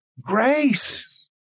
Grace